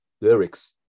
lyrics